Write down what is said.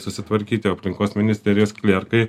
susitvarkyti o aplinkos ministerijos klerkai